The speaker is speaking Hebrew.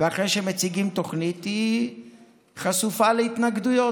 ואחרי שמציגים תוכנית היא חשופה להתנגדויות,